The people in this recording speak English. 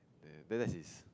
then that's his